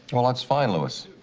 well, that's fine, louis.